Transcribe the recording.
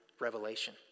revelation